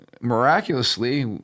miraculously